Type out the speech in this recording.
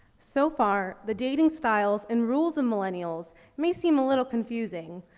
so far, the dating style and rules in millennials may seem a little confusing.